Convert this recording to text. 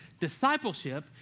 Discipleship